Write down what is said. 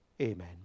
Amen